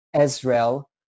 israel